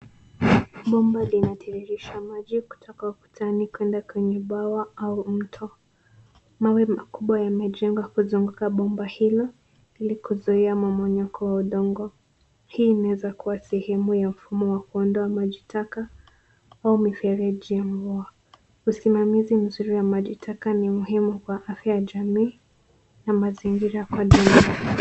Bomba linatiririsha maji kutoka ukutani kwenda kwenye bwawa au mto. Mawe makubwa yamejengwa kuzunguka bomba hilo ili kuzuia mmomonyoko wa udongo. Hii inaweza kuwa sehemu ya mfumo wa kuondoa maji taka au mifereji ya mvua. Usimamizi mzuri wa maji taka ni muhimu kwa afya ya jamii na mazingira kwa jumla.